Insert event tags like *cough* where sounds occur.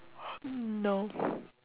*noise* no